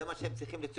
זה מה שהם צריכים,